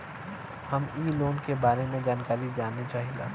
हम इ लोन के बारे मे जानकारी जाने चाहीला?